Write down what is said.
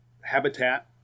habitat